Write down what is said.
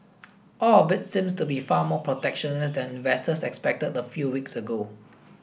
all of it seems to be far more protectionist than investors expected a few weeks ago